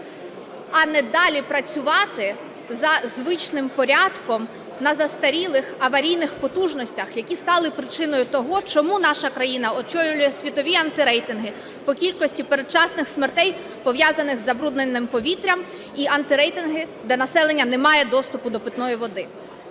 а не далі працювати за звичним порядком на застарілих аварійних потужностях, які стали причиною того, чому наша країна очолює світові антирейтинги по кількості передчасних смертей, пов'язаних з забрудненим повітрям, і антирейтинги, де населення не має доступу до питної води.